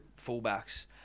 fullbacks